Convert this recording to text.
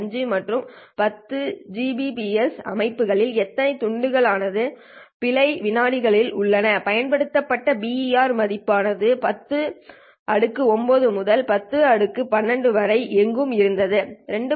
5 மற்றும் 10 Gbps அமைப்புகளில் எத்தனை துண்டுகள் ஆனது பிழைவினாடிகளில் உள்ளன பயன்படுத்தப்பட்ட BER மதிப்பு ஆனது 10 9 முதல் 10 12 வரை எங்கும் இருந்தது 2